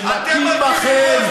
שמכים בכם,